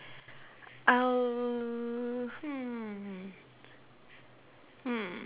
I'll hmm